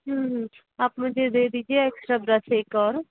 हूँ हूँ आप मुझे दे दीजिए एक्स्ट्रा ब्रश एक ओर